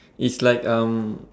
it's like um